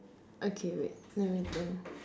okay wait let me think